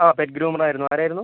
ആ പെറ്റ് ഗ്രൂമറായിരുന്നു ആരായിരുന്നു